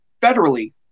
federally